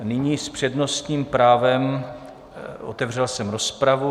Nyní s přednostním právem otevřel jsem rozpravu.